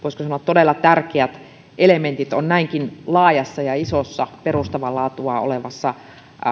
voisiko sanoa todella tärkeät elementit on näinkin laajassa ja isossa perustavaa laatua olevassa